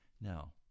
Now